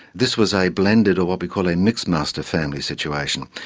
this was a blended or what we call a mixmaster family situation.